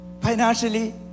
financially